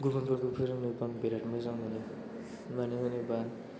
गुबुनफोरखौ फोरोंनो आं बिराद मोजां मोनो मानो होनोबा